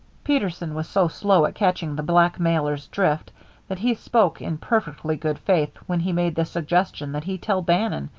peterson was so slow at catching the blackmailer's drift that he spoke in perfectly good faith when he made the suggestion that he tell bannon,